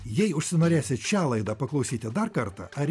jei užsinorėsit šią laidą paklausyti dar kartą ar